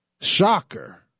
shocker